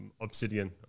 Obsidian